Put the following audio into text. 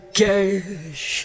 cash